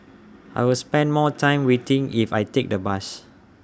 I'll spend more time waiting if I take the bus